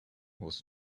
was